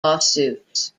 lawsuits